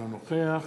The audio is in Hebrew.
אינו נוכח